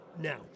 Now